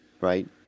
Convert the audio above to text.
right